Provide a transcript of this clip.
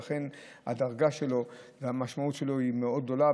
ולכן הדרגה שלו והמשמעות שלו מאוד גדולות.